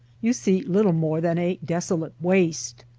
you see little more than a desolate waste.